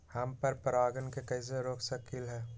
हम पर परागण के कैसे रोक सकली ह?